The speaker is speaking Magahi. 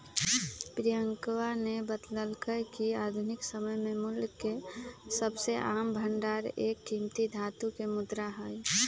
प्रियंकवा ने बतल्ल कय कि आधुनिक समय में मूल्य के सबसे आम भंडार एक कीमती धातु के मुद्रा हई